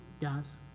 guys